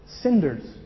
Cinders